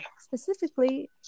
specifically